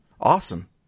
Awesome